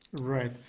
right